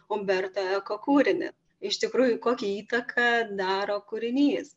umberto eko kūrinį iš tikrųjų kokią įtaką daro kūrinys